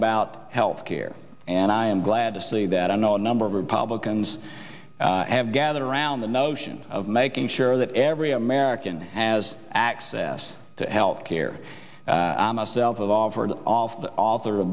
about health care and i am glad to see that i know a number of republicans have gathered around the notion of making sure that every american has access to health care i myself have offered off author